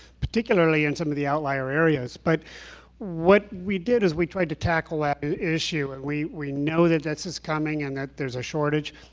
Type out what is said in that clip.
particularly in some of the outlier areas. but what we did is we tried to tackle that issue. and we we know that this is coming, and that there's a shortage.